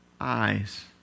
eyes